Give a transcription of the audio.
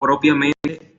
propiamente